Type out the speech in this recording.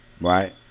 Right